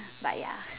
but ya